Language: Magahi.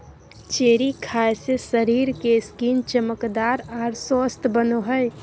चेरी खाय से शरीर के स्किन चमकदार आर स्वस्थ बनो हय